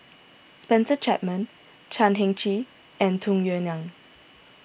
Spencer Chapman Chan Heng Chee and Tung Yue Nang